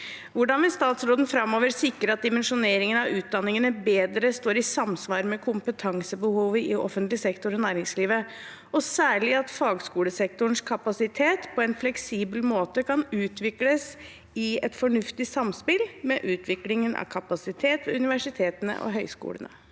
Hvordan vil statsråden fremover sikre at dimensjoneringen av utdanningene bedre står i samsvar med kompetansebehovet i offentlig sektor og næringslivet, og særlig at fagskolesektorens kapasitet på en fleksibel måte kan utvikles i et fornuftig samspill med utviklingen av kapasitet ved universitetene og høyskolene?»